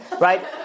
right